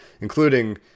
including